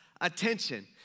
attention